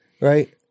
right